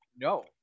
no